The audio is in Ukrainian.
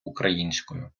українською